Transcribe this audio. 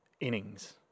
innings